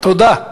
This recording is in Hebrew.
תודה.